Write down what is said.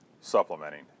supplementing